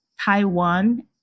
Taiwan